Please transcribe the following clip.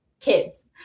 kids